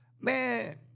Man